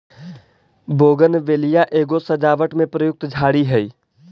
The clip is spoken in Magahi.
बोगनवेलिया एगो सजावट में प्रयुक्त झाड़ी हई